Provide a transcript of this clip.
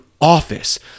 office